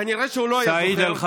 כנראה שהוא לא היה זוכר,